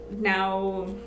now